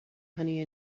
honey